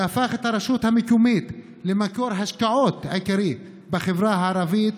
והפך את הרשות המקומית למקור השקעות עיקרי בחברה הערבית.